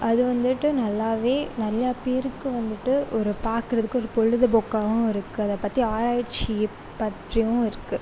அது வந்துவிட்டு நல்லாவே நிறையா பேருக்கு வந்துவிட்டு ஒரு பார்க்கறதுக்கு ஒரு பொழுதுபோக்காகவும் இருக்கு அதை பற்றி ஆராய்ச்சி பற்றியும் இருக்கு